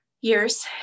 years